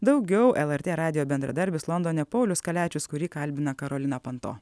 daugiau lrt radijo bendradarbis londone paulius kaliačius kurį kalbina karolina panto